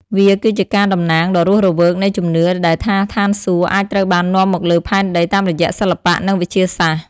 វាគឺជាការតំណាងដ៏រស់រវើកនៃជំនឿដែលថាស្ថានសួគ៌អាចត្រូវបាននាំមកលើផែនដីតាមរយៈសិល្បៈនិងវិទ្យាសាស្ត្រ។